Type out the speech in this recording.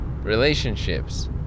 Relationships